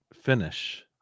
finish